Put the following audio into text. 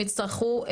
הם יצטרכו,